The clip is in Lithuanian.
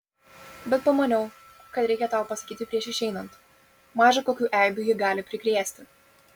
bet pamaniau kad reikia tau pasakyti prieš išeinant maža kokių eibių ji gali prikrėsti